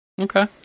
Okay